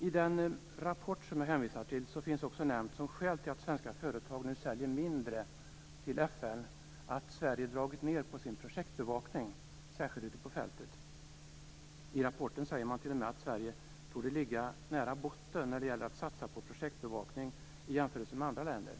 I den rapport som jag hänvisar till nämns också som skäl till att svenska företag nu säljer mindre till FN att Sverige dragit ned på sin projektbevakning, särskilt ute på fältet. I rapporten säger man t.o.m. att Sverige torde ligga nära botten när det gäller att satsa på projektbevakning i jämförelse med andra länder.